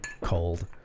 cold